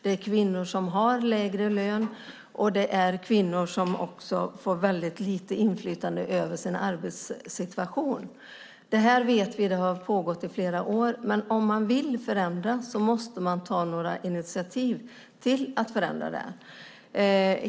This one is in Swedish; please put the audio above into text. Det är kvinnor som har lägre lön, och det är kvinnor som får väldigt lite inflytande över sin arbetssituation. Detta vet vi har pågått i flera år, men om man vill förändra måste man ta initiativ till att förändra.